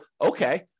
okay